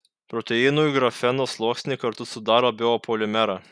proteinų ir grafeno sluoksniai kartu sudaro biopolimerą